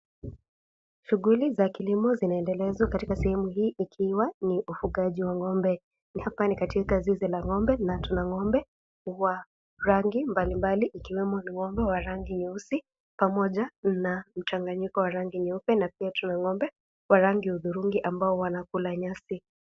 Shughuli za kilimo zinaendelezwa katika sehemu hii, ikiwa ni uvugaji wa ng'ombe. Hapa ni katika zizi la ng'ombe na tuna ng'ombe wa rangi mbalimbali ikiwemo ng'ombe wa rangi nyeusi pamoja na mchanganyiko wa rangi nyeupe na pia tuna ng'ombe wa rangi ya hudhurungi ambao wanakula nyasi.